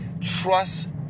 Trust